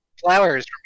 flowers